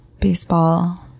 Baseball